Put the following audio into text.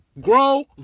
Grow